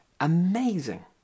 amazing